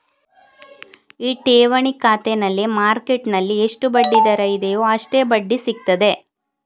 ಈ ಠೇವಣಿ ಖಾತೆನಲ್ಲಿ ಮಾರ್ಕೆಟ್ಟಿನಲ್ಲಿ ಎಷ್ಟು ಬಡ್ಡಿ ದರ ಇದೆಯೋ ಅಷ್ಟೇ ಬಡ್ಡಿ ಸಿಗ್ತದೆ